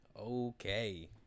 Okay